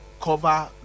cover